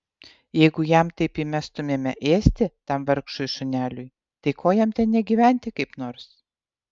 jeigu jam taip įmestumėme ėsti tam vargšui šuneliui tai ko jam ten negyventi kaip nors